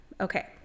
okay